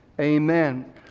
amen